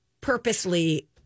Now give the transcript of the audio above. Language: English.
purposely